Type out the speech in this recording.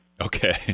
Okay